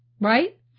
right